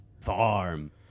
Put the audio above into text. farm